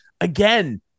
again